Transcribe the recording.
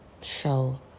show